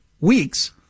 weeks